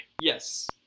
Yes